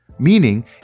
Meaning